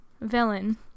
villain